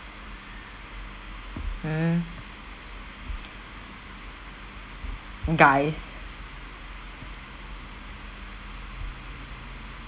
hmm guys